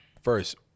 First